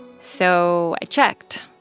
so i checked.